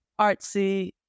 artsy